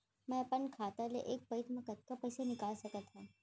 मैं अपन खाता ले एक पइत मा कतका पइसा निकाल सकत हव?